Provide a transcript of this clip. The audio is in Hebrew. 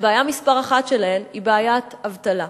הבעיה מספר אחת שלהן היא בעיית אבטלה.